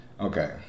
Okay